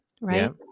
Right